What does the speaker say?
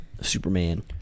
Superman